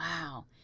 Wow